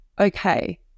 okay